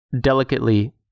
delicately